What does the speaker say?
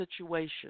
situation